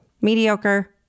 mediocre